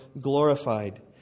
glorified